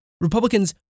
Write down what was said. Republicans